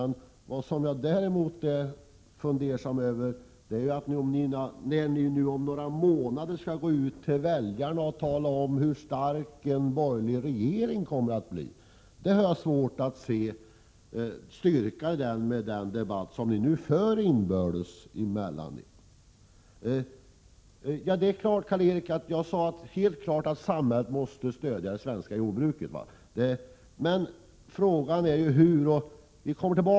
När ni om några månader skall gå ut till väljarna och tala om hur stark en borgerlig regering kommer att bli har jag däremot svårt att se styrkan, med den debatt som ni nu inbördes för. Jag sade helt klart, Karl Erik Olsson, att samhället måste stödja det svenska jordbruket, men frågan är hur.